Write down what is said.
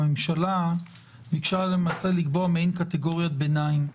ביקשה לקבוע מעין קטגוריית ביניים,